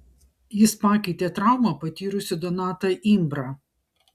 jis pakeitė traumą patyrusį donatą imbrą